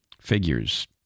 figures